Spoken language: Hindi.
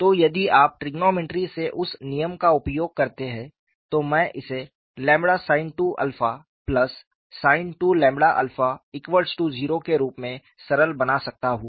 तो यदि आप ट्रिगनोमेट्री से उस नियम का उपयोग करते हैं तो मैं इसे ƛ sin 2 𝜶 sin 2 ƛ 𝜶 0 के रूप में सरल बना सकता हूं